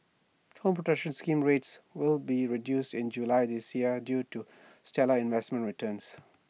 home protection scheme rates will be reduced in July this year due to stellar investment returns